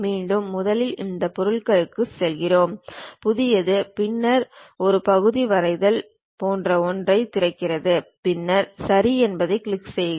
மீண்டும் முதலில் இந்த பொருளுக்குச் செல்கிறோம் புதியது பின்னர் அது ஒரு பகுதி வரைதல் போன்ற ஒன்றைத் திறக்கிறது பின்னர் சரி என்பதைக் கிளிக் செய்க